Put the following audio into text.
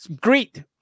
great